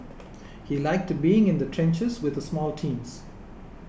he liked being in the trenches with small teams